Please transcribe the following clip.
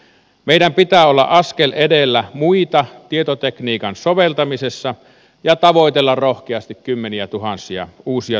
meidän pitää olla askel edellä muita tietotekniikan soveltamisessa ja tavoitella rohkeasti kymmeniätuhansia uusia työpaikkoja